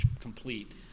complete